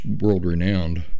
world-renowned